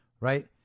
right